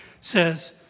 says